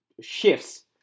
shifts